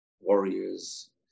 warriors